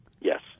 Yes